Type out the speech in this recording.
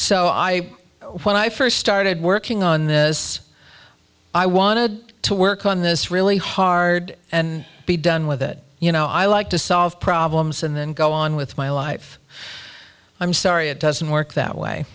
so i when i first started working on this i wanted to work on this really hard and be done with it you know i like to solve problems and then go on with my life i'm sorry it doesn't work that way